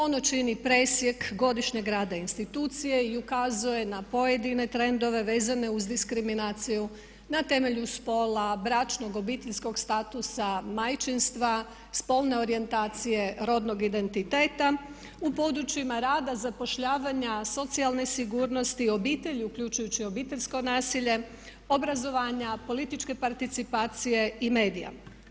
Ono čini presjek godišnjeg rada institucije i ukazuje na pojedine trendove vezane uz diskriminaciju na temelju spola, bračnog, obiteljskog statusa, majčinstva, spolne orijentacije, rodnog identiteta u područjima rada, zapošljavanja, socijalne sigurnosti, obitelji uključujući obiteljsko nasilje, obrazovanja, političke participacije i medija.